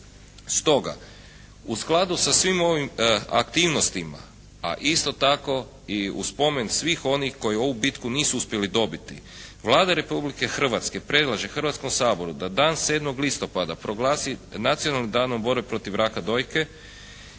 Stoga, u skladu sa svim ovim aktivnostima a isto tako i u spomen svih onih koji ovu bitku nisu uspjeli dobiti Vlada Republike Hrvatske predlaže Hrvatskom saboru da dan 7. listopada proglasi Nacionalnim danom borbe protiv raka dojke,